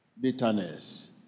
bitterness